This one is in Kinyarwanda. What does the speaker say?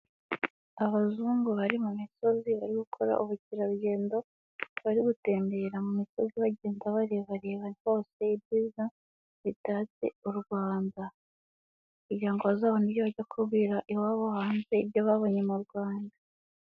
Abazungu bari mu misozi bari gukora ubukerarugendo, bari gutembera mu misozi bagenda barebareba hose ibyiza bitatse u Rwanda kugira ngo zabone ibyo bajya kubwira iwabo hanze ibyo babonye mu Rwanda.